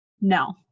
no